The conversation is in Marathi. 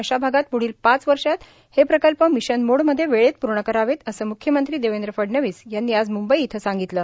अशा भागात पुढील पाच वर्षात हे प्रकल्प मिशन मोडमध्ये वेळेत पूर्ण करावेत असे म्ख्यमंत्री देवेंद्र फडणवीस यांनी आज मुंबई इथ सांगितलं